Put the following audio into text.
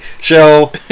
show